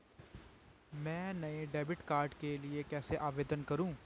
मैं नए debit card के लिए कैसे आवेदन करूं?